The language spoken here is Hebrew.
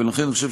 ולכן אני חושב